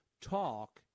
talk